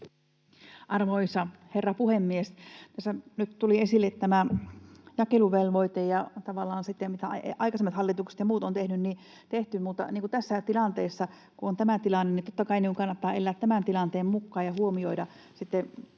Arvoisa herra puhemies! Tässä nyt tuli esille tämä jakeluvelvoite ja tavallaan se, mitä aikaisemmat hallitukset ja muut ovat tehneet. Mutta tässä tilanteessa, kun on tämä tilanne, niin totta kai kannattaa elää tämän tilanteen mukaan ja huomioida sitten